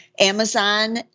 Amazon